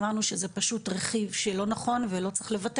אמרנו שזה פשוט רכיב שלא נכון ולא צריך לוותר